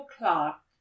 o'clock